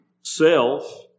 self